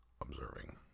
observing